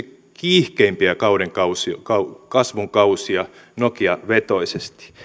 kiihkeimpiä kasvun kausia nokia vetoisesti